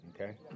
okay